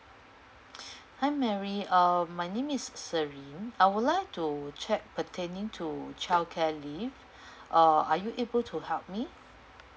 hi mary uh my name is s~ serene I would like to check pertaining to childcare leave uh are you able to help me